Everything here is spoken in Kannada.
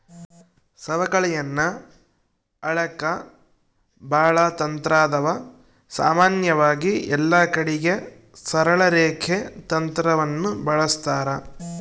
ಸವಕಳಿಯನ್ನ ಅಳೆಕ ಬಾಳ ತಂತ್ರಾದವ, ಸಾಮಾನ್ಯವಾಗಿ ಎಲ್ಲಕಡಿಗೆ ಸರಳ ರೇಖೆ ತಂತ್ರವನ್ನ ಬಳಸ್ತಾರ